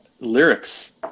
lyrics